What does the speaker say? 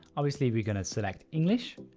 obviously we're gonna select english,